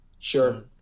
sure